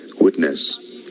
witness